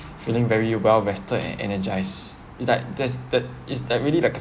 feeling very well rested and energized it's like that's that is that really like